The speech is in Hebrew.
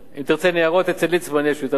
אם תרצה ניירות, אצל ליצמן יש, הוא ייתן לך אותם.